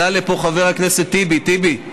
עלה פה חבר הכנסת טיבי, טיבי,